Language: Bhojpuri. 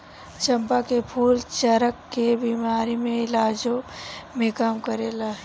चंपा के फूल चरक के बेमारी के इलाजो में काम करेला